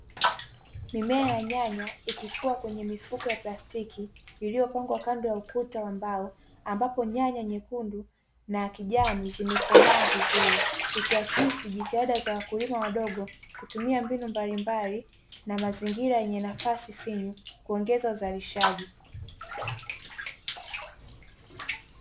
mimea ya nyanya ikikua kwenye mifuko ya plastiki iliyopangwa kando ya ukuta wa mbao, ambapo nyanya nyekundu na kijani zimekomaa vizuri, ikiakisi jitihada za wakulima wadogo kutumia mbinu mbalimbali na mazingira yenye nafasi finyu kuongeza uzalishaji.